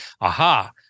Aha